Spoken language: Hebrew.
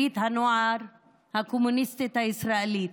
ברית הנוער הקומוניסטית הישראלית.